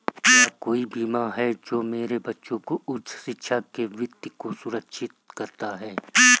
क्या कोई बीमा है जो मेरे बच्चों की उच्च शिक्षा के वित्त को सुरक्षित करता है?